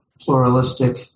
pluralistic